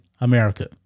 America